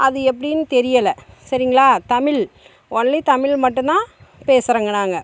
அது எப்படின்னு தெரியல சரிங்களா தமிழ் ஒன்லி தமிழ் மட்டும் தான் பேசுறங்க நாங்க